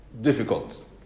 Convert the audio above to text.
difficult